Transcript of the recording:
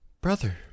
Brother